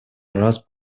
раз